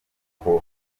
kuko